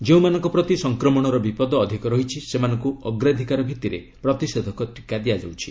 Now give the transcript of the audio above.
ଯେଉଁମାନଙ୍କ ପ୍ରତି ସଂକ୍ରମଣର ବିପଦ ଅଧିକ ରହିଛି ସେମାନଙ୍କୁ ଅଗ୍ରାଧିକାର ଭିଭିରେ ପ୍ରତିଷେଧକ ଟିକା ଦିଆଯାଉଛି